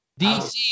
DC